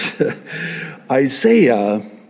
Isaiah